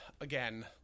again